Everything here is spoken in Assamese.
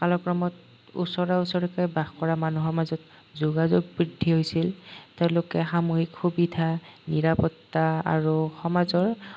কালক্ৰমত ওচৰা ওচৰিকৈ বাস কৰা মানুহৰ মাজত যোগাযোগ বৃদ্ধি হৈছিল তেওঁলোকে সাময়িক সুবিধা নিৰাপত্তা আৰু সমাজৰ